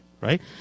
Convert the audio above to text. Right